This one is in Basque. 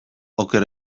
oker